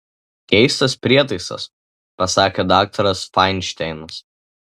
keistas prietaisas pasakė daktaras fainšteinas